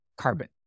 carbon